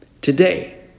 today